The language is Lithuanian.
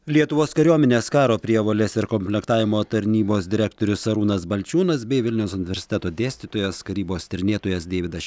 lietuvos kariuomenės karo prievolės ir komplektavimo tarnybos direktorius arūnas balčiūnas bei vilniaus universiteto dėstytojas karybos tyrinėtojas deividas